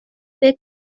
فکر